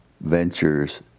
ventures